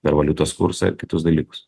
per valiutos kursą ir kitus dalykus